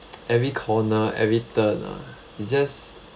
every corner every turn ah it just